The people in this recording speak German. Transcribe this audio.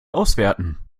auswerten